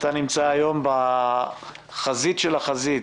אתה נמצא היום בחזית של החזית,